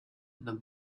the